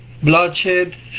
Bloodshed